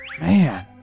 Man